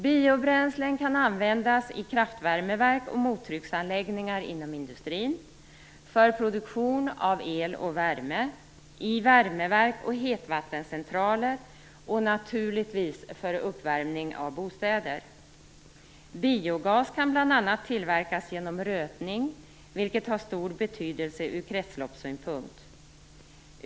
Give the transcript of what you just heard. Biobränslen kan användas i kraftvärmeverk och mottrycksanläggningar inom industrin, för produktion av el och värme, i värmeverk och hetvattencentraler och, naturligtvis, för uppvärmning av bostäder. Biogas kan bl.a. tillverkas genom rötning, vilket har stor betydelse från kretsloppssynpunkt.